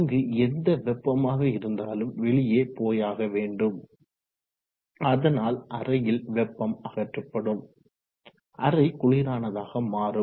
அங்கு எந்த வெப்பமாக இருந்தாலும் வெளியே போயாக வேண்டும் அதனால் அறையில் இருந்து வெப்பம் அகற்றப்படும் அறை குளிரானதாக மாறும்